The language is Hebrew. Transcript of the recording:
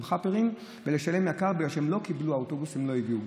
חאפרים ולשלם הרבה בגלל שהאוטובוסים לא הגיעו.